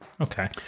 Okay